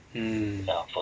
mm